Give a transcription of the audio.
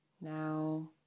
Now